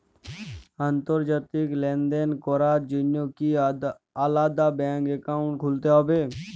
আন্তর্জাতিক লেনদেন করার জন্য কি আলাদা ব্যাংক অ্যাকাউন্ট খুলতে হবে?